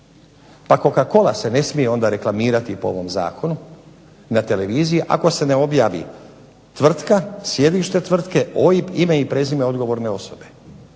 pa coca-cola se ne smije onda reklamirati po ovom Zakonu na televiziji ako se ne objavi tvrtka, sjedište tvrtke, OIB, ime i prezime odgovorne osobe.